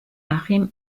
achim